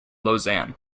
lausanne